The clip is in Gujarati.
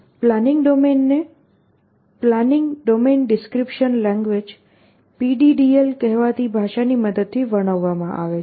પ્લાનિંગ ડોમેન ને પ્લાનિંગ ડોમેન ડિસ્ક્રિપ્શન લેંગ્વેજ કહેવાતી ભાષાની મદદથી વર્ણવવામાં આવે છે